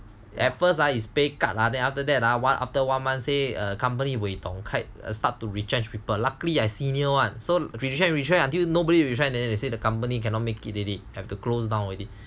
at first ah is pay cut ah then after that ah one after one month say a company buay tong kite start to retrench people luckily I senior [one] so retrench retrench until nobody retrench then they say the company cannot make it already it have to close down already